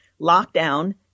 Lockdown